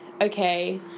okay